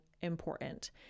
important